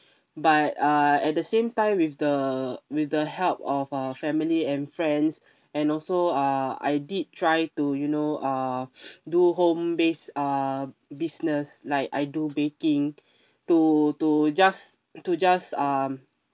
but uh at the same time with the with the help of a family and friends and also uh I did try to you know uh do home based uh business like I do baking to to just to just um